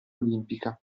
olimpica